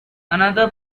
another